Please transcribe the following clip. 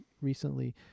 recently